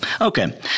okay